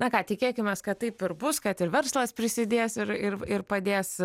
na ką tikėkimės kad taip ir bus kad ir verslas prisidėjęs ir ir ir padės